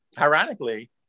ironically